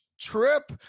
trip